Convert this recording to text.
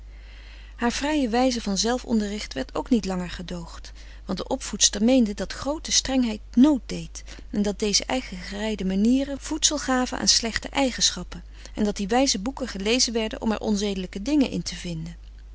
haar vrije wijze van zelf onderricht werd ook niet langer gedoogd want de opvoedster meende dat groote strengheid nood deed en dat deze eigengereide manieren voedsel gaven aan slechte eigenschappen en dat die wijze boeken gelezen werden om er onzedelijke dingen in te vinden